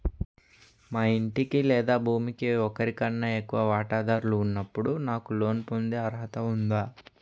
మా ఇంటికి లేదా భూమికి ఒకరికన్నా ఎక్కువ వాటాదారులు ఉన్నప్పుడు నాకు లోన్ పొందే అర్హత ఉందా?